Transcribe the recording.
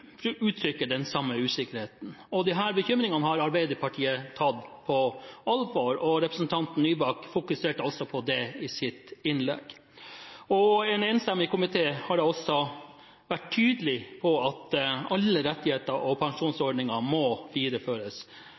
gir uttrykk for den samme usikkerheten. Disse bekymringene har Arbeiderpartiet tatt på alvor. Representanten Nybakk fokuserte også på det i sitt innlegg. En enstemmig komité har da også vært tydelig på at alle rettigheter og pensjonsordninger må